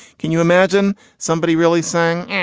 can you imagine somebody really saying, yeah